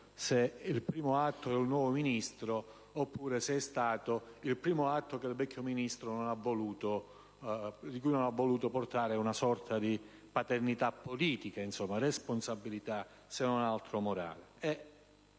del primo atto del nuovo Ministro oppure se è stato il primo atto di cui il vecchio Ministro non ha voluto assumere una sorta di paternità politica o una responsabilità se non altro morale.